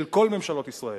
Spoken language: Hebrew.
של כל ממשלות ישראל.